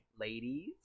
Ladies